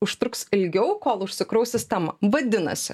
užtruks ilgiau kol užsikraus sistema vadinasi